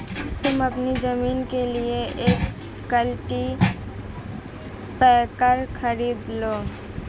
तुम अपनी जमीन के लिए एक कल्टीपैकर खरीद लो